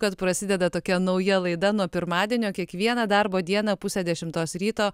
kad prasideda tokia nauja laida nuo pirmadienio kiekvieną darbo dieną pusę dešimtos ryto